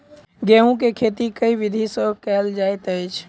गेंहूँ केँ खेती केँ विधि सँ केल जाइत अछि?